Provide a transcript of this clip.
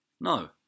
No